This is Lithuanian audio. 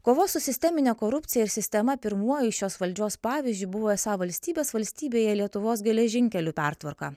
kovos su sistemine korupcija ir sistema pirmuoju šios valdžios pavyzdžiu buvo esą valstybės valstybėje lietuvos geležinkelių pertvarka